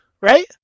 right